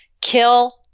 Kill